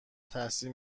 تاثیر